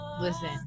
listen